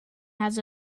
has